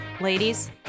Ladies